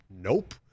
Nope